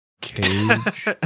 cage